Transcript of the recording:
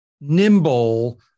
nimble